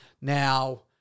Now